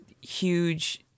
huge